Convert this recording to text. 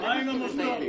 מה עם תנועות נוער?